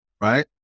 right